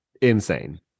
insane